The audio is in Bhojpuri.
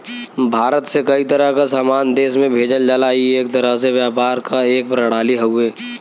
भारत से कई तरह क सामान देश में भेजल जाला ई एक तरह से व्यापार क एक प्रणाली हउवे